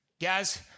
Guys